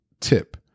tip